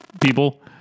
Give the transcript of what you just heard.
people